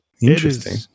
interesting